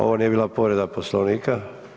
Ovo nije bila povreda Poslovnika.